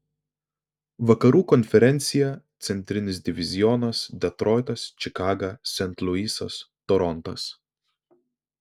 vakarų konferencija centrinis divizionas detroitas čikaga sent luisas torontas